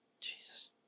Jesus